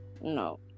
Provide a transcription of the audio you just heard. No